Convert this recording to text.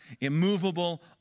immovable